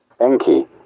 Enki